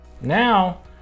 Now